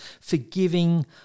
forgiving